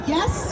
Yes